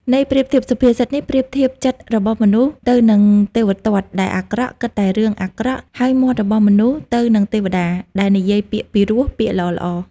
ន័យប្រៀបធៀប សុភាសិតនេះប្រៀបធៀបចិត្តរបស់មនុស្សទៅនឹងទេវទត្តដែលអាក្រក់ គិតតែរឿងអាក្រក់ ហើយមាត់របស់មនុស្សទៅនឹងទេវតា ដែលនិយាយពាក្យពីរោះ ពាក្យល្អៗ។